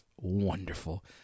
Wonderful